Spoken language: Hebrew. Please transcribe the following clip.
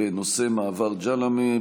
בנושא מעבר ג'למה,